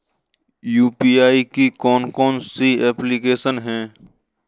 UPI की कौन कौन सी एप्लिकेशन हैं?